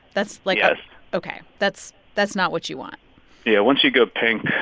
that's like. yes ok. that's that's not what you want yeah. once you go pink,